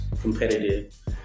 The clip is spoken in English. competitive